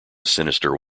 sinister